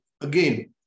again